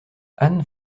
anne